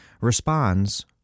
responds